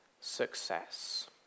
success